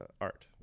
art